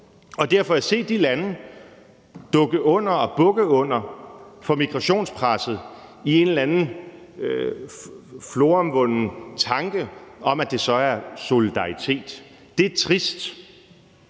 og derfor er det trist at se de lande bukke under for migrationspresset i en eller anden floromvunden tanke om, at det så er solidaritet. Det er trist.